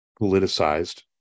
politicized